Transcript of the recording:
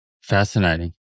Fascinating